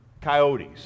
coyotes